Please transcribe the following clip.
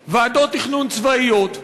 C: ועדות תכנון צבאיות,